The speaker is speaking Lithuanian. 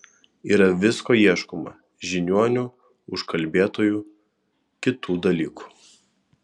yra visko ieškoma žiniuonių užkalbėtojų kitų dalykų